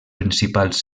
principals